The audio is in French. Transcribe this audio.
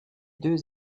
deux